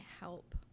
help